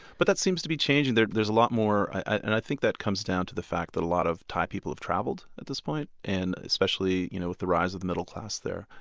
but that seems to be changing. there's there's a lot more and i think that comes down to the fact that a lot of thai people have traveled at this point, and especially you know with the rise of the middle class there.